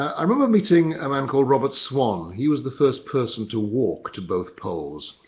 i remember meeting a man called robert swan. he was the first person to walk to both poles.